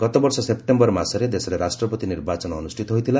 ଗତବର୍ଷ ସେପ୍ଟେମ୍ବର ମାସରେ ଦେଶରେ ରାଷ୍ଟ୍ରପତି ନିର୍ବାଚନ ଅନୁଷ୍ଠିତ ହୋଇଥିଲା